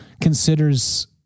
considers